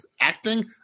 acting